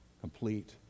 complete